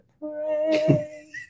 Pray